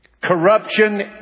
Corruption